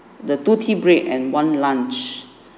the two tea break and one lunch